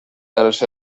dels